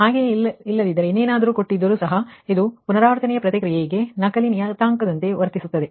ಹಾಗೆಯೇ ಇಲ್ಲದಿದ್ದರೆ ಇನ್ನೇನಾದರೂ ಕೊಟ್ಟಿದ್ದರೂ ಸಹ ಇದು ನಿಮ್ಮ ಪುನರಾವರ್ತನೆಯ ಪ್ರಕ್ರಿಯೆಗೆ ನಕಲಿ ನಿಯತಾಂಕದಂತೆ ವರ್ತಿಸುತ್ತದೆ